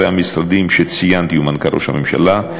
המשרדים שציינתי ומנכ"ל משרד ראש הממשלה,